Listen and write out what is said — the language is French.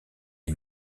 est